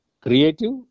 creative